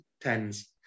tens